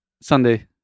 Sunday